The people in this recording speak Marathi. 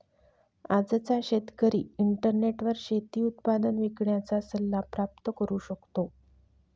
आजचा शेतकरी इंटरनेटवर शेती उत्पादन विकण्याचा सल्ला प्राप्त करू शकतो